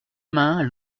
main